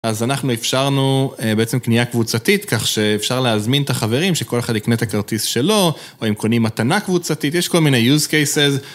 אז אנחנו אפשרנו בעצם קנייה קבוצתית, כך שאפשר להזמין את החברים שכל אחד יקנה את הכרטיס שלו, או אם קונים מתנה קבוצתית, יש כל מיני use cases.